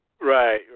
right